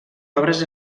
obres